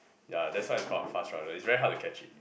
ya that's why it's called a fast runner it's very hard to catch it